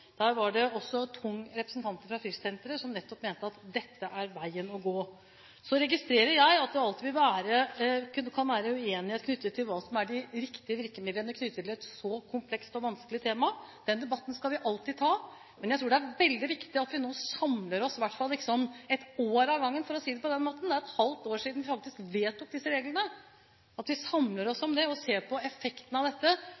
Der var det også tung representasjon fra Frischsenteret som nettopp mente at dette var veien å gå. Så registrerer jeg at det alltid kan være uenighet knyttet til hva som er de riktige virkemidlene med hensyn til et så komplekst og vanskelig tema. Den debatten skal vi alltid ta. Men jeg tror det er veldig viktig at vi nå samler oss i hvert fall for et år av gangen – for å si det på den måten. Det er et halvt år siden vi faktisk vedtok disse reglene. Vi må samle oss